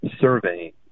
survey